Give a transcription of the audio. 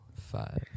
five